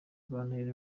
bantera